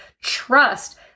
trust